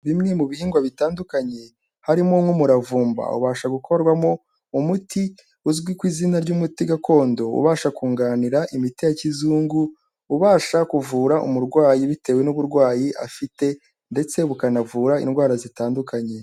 Bimwe mu bihingwa bitandukanye harimo nk'umuravumba ubasha gukorwamo umuti uzwi ku izina ry'umuti gakondo ubasha kunganira imiti ya kizungu, ubasha kuvura umurwayi bitewe n'uburwayi afite ndetse bukanavura indwara zitandukanye.